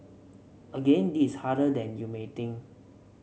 again this is harder than you may think